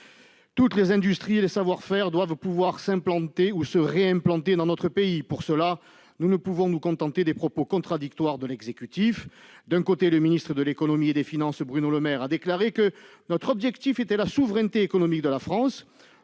toutes les industries, tous les savoir-faire, puissent s'implanter ou se réimplanter dans notre pays. Dans cette perspective, nous ne pouvons nous contenter des propos contradictoires de l'exécutif. D'un côté, le ministre de l'économie et des finances, Bruno Le Maire, déclare que « notre objectif est la souveraineté économique de la France